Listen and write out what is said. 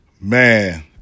Man